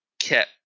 kept